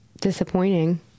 disappointing